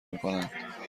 میکنند